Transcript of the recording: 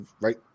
right